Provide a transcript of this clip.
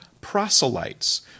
proselytes